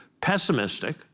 pessimistic